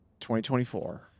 2024